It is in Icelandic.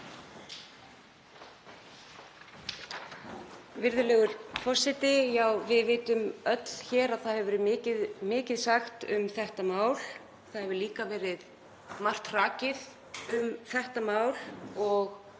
Virðulegur forseti. Já, við vitum öll hér að mikið hefur verið sagt um þetta mál. Margt hefur líka verið hrakið um þetta mál og